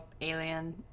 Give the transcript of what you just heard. alien